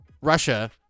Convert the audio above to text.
Russia